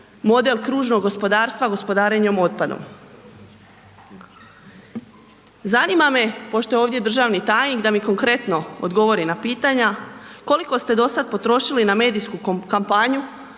model kružnog gospodarstva gospodarenja otpadom. Zanima me, pošto je ovdje državni tajnik, da mi konkretno odgovori na pitanja, koliko ste dosad potrošili na medijsku kampanju